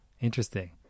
Interesting